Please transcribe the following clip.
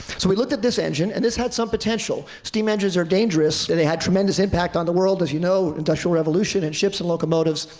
so we looked at this engine, and this had some potential. steam engines are dangerous, and they had tremendous impact on the world you know industrial revolution and ships and locomotives.